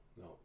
no